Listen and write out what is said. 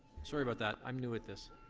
sorry about that. i'm new at this.